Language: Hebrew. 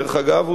דרך אגב,